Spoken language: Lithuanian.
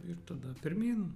ir tada pirmyn